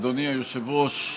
אדוני היושב-ראש,